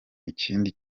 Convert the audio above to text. ikindi